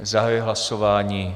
Zahajuji hlasování.